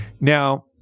Now